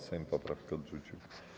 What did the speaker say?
Sejm poprawkę odrzucił.